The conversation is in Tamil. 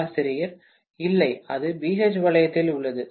பேராசிரியர் இல்லை அது BH வளையத்தில் உள்ளது